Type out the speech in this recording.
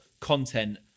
content